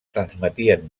transmetien